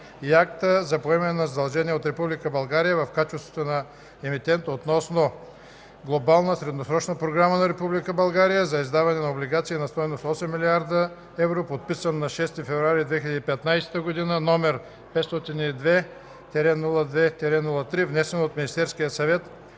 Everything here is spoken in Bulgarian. и Акта за поемане на задължения от Република България в качеството на Емитент относно Глобална средносрочна програма на Република България за издаване на облигации на стойност 8 000 000 000 евро, подписан на 6 февруари 2015 г., № 502-02-3, внесен от Министерския съвет